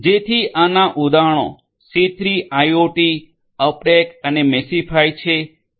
જેથી આનાં ઉદાહરણો સી3 આઇઓટી અપટેક અને મેશિફાઇ છે